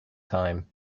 time